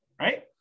right